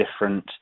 different